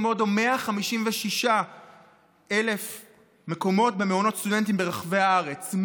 מודו 156,000 מקומות במעונות סטודנטים ברחבי הארץ,